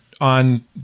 on